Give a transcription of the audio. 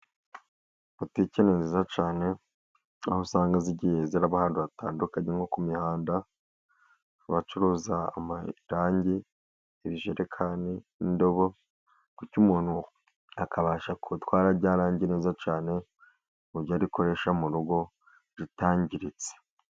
Botike ni nziza cyane aho usanga zigiye ziraba ahantu hatandukanye nko ku mihanda, abacuruza amarangi ibijerekani, indobo bityo umuntu akabasha kutwara ryarange neza cyane kuburyo arikoresha mu rugo ritangiritse.